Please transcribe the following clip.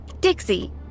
Dixie